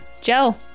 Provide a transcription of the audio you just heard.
Joe